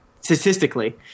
statistically